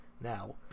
Now